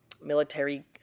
military